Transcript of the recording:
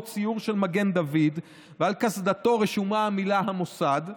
ציור של מגן דוד ועל קסדתו רשומה המילה "המוסד",